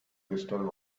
crystal